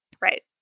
Right